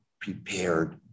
prepared